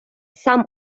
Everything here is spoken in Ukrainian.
сам